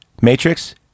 Matrix